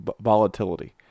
volatility